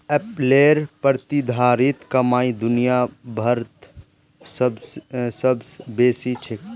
एप्पलेर प्रतिधारित कमाई दुनिया भरत सबस बेसी छेक